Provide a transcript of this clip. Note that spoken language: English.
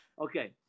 Okay